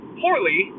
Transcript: poorly